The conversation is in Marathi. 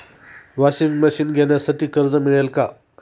वॉशिंग मशीन घेण्यासाठी कर्ज मिळेल का?